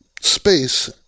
space